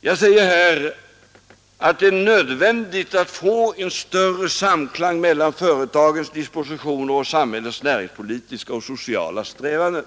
Jag säger här att det är nödvändigt att få större samklang mellan företagens dispositioner och samhällets näringspolitiska och sociala strävanden.